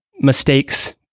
mistakes